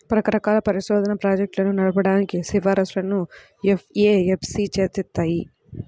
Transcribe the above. రకరకాల పరిశోధనా ప్రాజెక్టులను నడపడానికి సిఫార్సులను ఎఫ్ఏఎస్బి చేత్తది